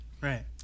Right